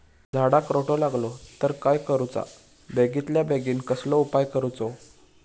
झाडाक रोटो लागलो तर काय करुचा बेगितल्या बेगीन कसलो उपाय करूचो?